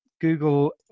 Google